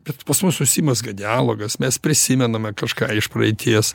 bet pas mus užsimezga dialogas mes prisimename kažką iš praeities